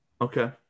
Okay